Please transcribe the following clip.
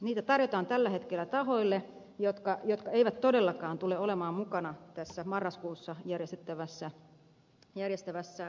niitä tarjotaan tällä hetkellä tahoille jotka eivät todellakaan tule olemaan mukana tässä marraskuussa järjestettävässä huutokauppakisassa